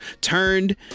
turned